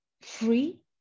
free